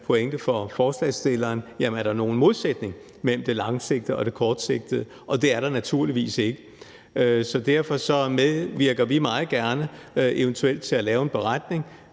pointe for forslagsstilleren: Jamen er der nogen modsætning mellem det langsigtede og kortsigtede? Det er der naturligvis ikke. Så derfor medvirker vi meget gerne til eventuelt at lave en beretning,